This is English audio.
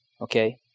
okay